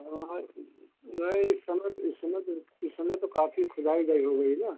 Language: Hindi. हाँ हाँ इस नहीं इस समय तो इस समय तो इस समय तो काफी खुदाई गई हो गई न